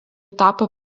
tapo